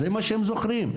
זה מה שהם זוכרים.